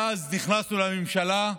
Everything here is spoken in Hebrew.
אז נכנסנו לממשלה,